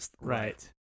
Right